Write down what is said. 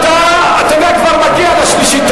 גם אותך אני אוציא.